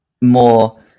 more